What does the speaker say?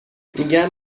میگن